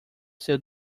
seu